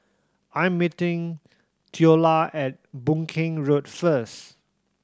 I'm meeting Theola at Boon Keng Road first